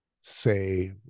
say